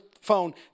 phone